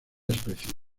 especie